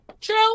True